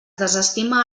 desestima